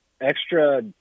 extra